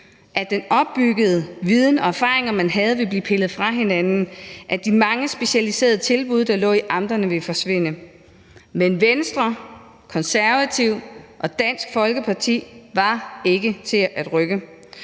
at den opbyggede viden og erfaring, man havde, ville blive pillet fra hinanden, og at de mange specialiserede tilbud, der lå i amterne, ville forsvinde. Men Venstre, Konservative og Dansk Folkeparti var ikke til at rykke.